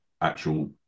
actual